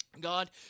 God